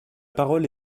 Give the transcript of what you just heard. parole